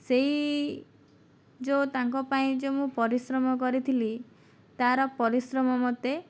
ସେଇ ଯେଉଁ ତାଙ୍କ ପାଇଁ ଯେଉଁ ମୁଁ ପରିଶ୍ରମ କରିଥିଲି ତା'ର ପରିଶ୍ରମ ମୋତେ